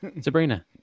Sabrina